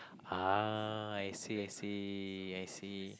ah I see I see I see